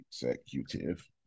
executive